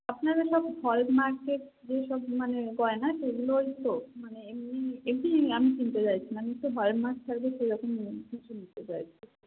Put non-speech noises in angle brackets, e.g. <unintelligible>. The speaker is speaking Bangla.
আপনাদের সব হলমার্কের যে সব মানে গয়না সেগুলোই তো মানে এমনি এমনি আমি কিনতে চাইছি না আমি একটু হলমার্ক থাকবে সেরকম <unintelligible> কিছু নিতে চাইছি